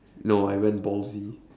no I went ballsy